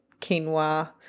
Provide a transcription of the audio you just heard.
quinoa